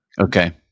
Okay